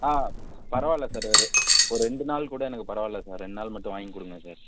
ஆ பரவாயில்ல சார் ஒரு ஒரு ரெண்டு நாள் கூட எனக்கு பரவாயில்ல சார் ரெண்ட் நாள் மட்டும் வாங்கி கொடுங்க சார்